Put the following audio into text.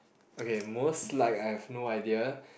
okay most liked I have no idea